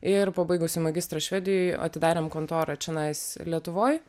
ir pabaigusi magistrą švedijoj atidarėm kontorą čionais lietuvoj